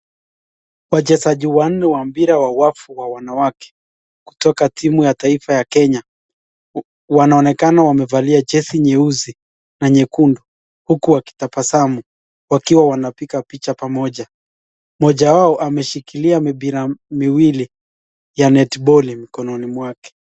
Wachezaji wanne wa mpira wa wavu wa wanawake kutoka timu ya taifa ya Kenya wanaonekana wamevalia jezi nyeusi na nyekundu huku wakitabasamu wakiwa wanapiga picha pamoja. Mmoja wao ameshikilia mipara miwili ya netboli mkononi mwake.